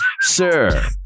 sir